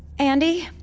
andi,